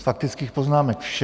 Z faktických poznámek vše.